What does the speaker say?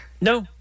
no